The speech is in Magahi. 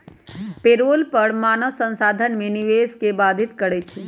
पेरोल कर मानव संसाधन में निवेश के बाधित करइ छै